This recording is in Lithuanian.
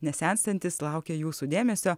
nesenstantys laukia jūsų dėmesio